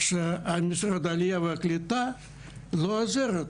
שמשרד העלייה והקליטה לא עוזר יותר